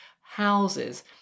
houses